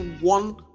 one